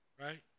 right